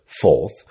Fourth